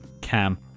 cam